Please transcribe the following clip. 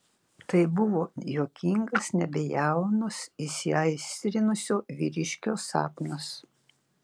tai buvo juokingas nebejauno įsiaistrinusio vyriškio sapnas